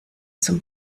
zum